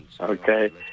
Okay